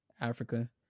Africa